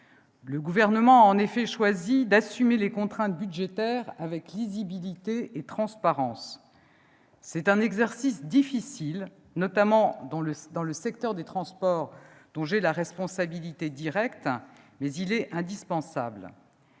Le Gouvernement a en effet choisi d'assumer les contraintes budgétaires avec lisibilité et transparence. C'est un exercice difficile, notamment dans le secteur des transports dont j'ai la responsabilité directe, mais il est indispensable.